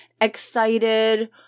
excited